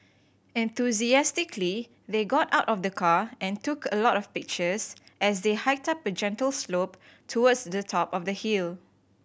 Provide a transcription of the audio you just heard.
enthusiastically they got out of the car and took a lot of pictures as they hiked up a gentle slope towards the top of the hill